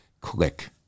Click